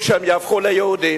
בדיוק שהם ייהפכו ליהודים?